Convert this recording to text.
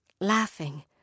laughing